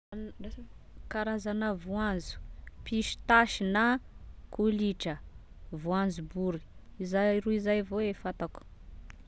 Andraso aloha, karazana voanzo pistasy na kolitra, voanzobory: zay roy izay avao e fantako.